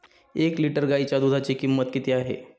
एक लिटर गाईच्या दुधाची किंमत किती आहे?